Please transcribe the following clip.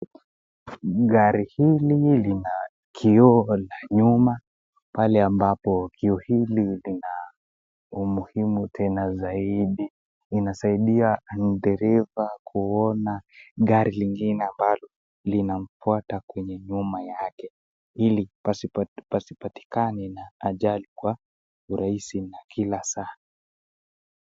Gari hili lina kioo la nyuma pale ambapo kio hili umuhimu tena saidi, inasaidia dereva kuona gari lingine ambalo linamfuata kwenye nyuma yake ili pasipatikane na ajali kwa urahisi na kila saa.